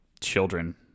children